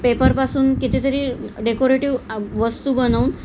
पेपरपासून कितीतरी डेकोरेटिव वस्तू बनवून